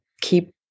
keep